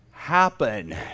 happen